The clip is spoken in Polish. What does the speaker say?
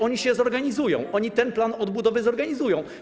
Oni się zorganizują, oni ten plan odbudowy zorganizują.